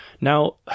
Now